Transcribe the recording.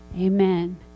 amen